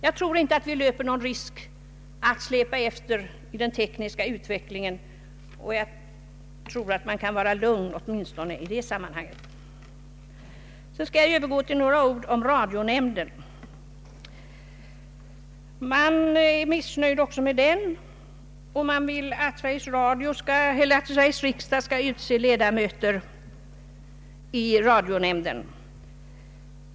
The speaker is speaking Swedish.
Jag tror inte vi riskerar att släpa efter i den tekniska utvecklingen, utan man kan vara lugn åtminstone i detta sammanhang. Så skall jag övergå till att säga några ord om radionämnden, som man också är missnöjd med. Man vill att Sveriges riksdag skall utse medlemmar i radionämnden.